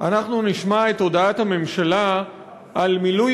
אנחנו נשמע את הודעת הממשלה על מילוי